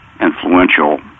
influential